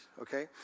okay